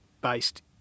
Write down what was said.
based